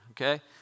Okay